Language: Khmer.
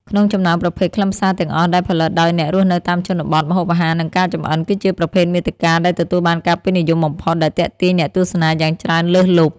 ក្នុងចំណោមប្រភេទខ្លឹមសារទាំងអស់ដែលផលិតដោយអ្នករស់នៅតាមជនបទ ម្ហូបអាហារ និងការចម្អិន គឺជាប្រភេទមាតិកាដែលទទួលបានការពេញនិយមបំផុត ដែលទាក់ទាញអ្នកទស្សនាយ៉ាងច្រើនលើសលប់។